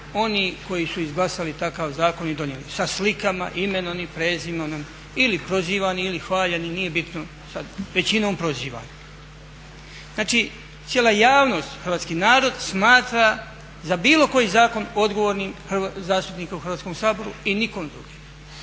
oni koji su izglasali takav zakon i donijeli sa slikama, imenom i prezimenom, ili prozivani ili hvaljeni, nije bitno, većinom prozivani. Znači cijela javnost, hrvatski javnost smatra za bilo koji zakon odgovornim zastupnike u Hrvatskom saboru i nikog drugog.